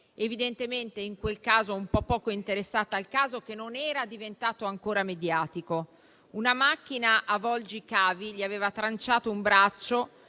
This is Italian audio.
Evidentemente in quel caso un po' poco interessata al caso, che non era diventato ancora mediatico. Una macchina avvolgi-cavi gli aveva tranciato un braccio